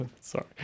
Sorry